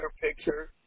picture